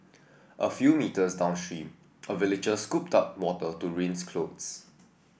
a few metres downstream a villager scooped up water to rinse clothes